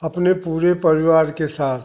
अपने पूरे परिवार के साथ